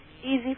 easy